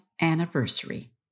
anniversary